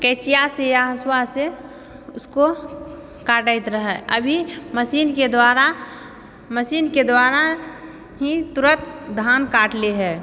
केचियासँ या हँसुआसँ उसको काटैत रहै अभी मशीनके द्वारा मशीनके द्वारा ही तुरत धान काट ली हय